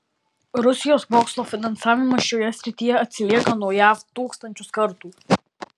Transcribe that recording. rusijos mokslo finansavimas šioje srityje atsilieka nuo jav tūkstančius kartų